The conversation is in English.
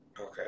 Okay